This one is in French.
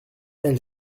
elle